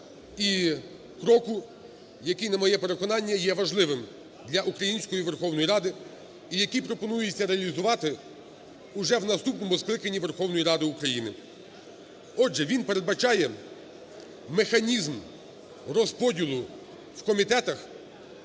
І кроку, який на моє переконання, є важливим для української Верховної Ради і які пропонується реалізувати уже в наступному скликанні Верховної Ради України. Отже, він передбачає механізм розподілу в комітетах